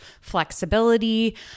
flexibility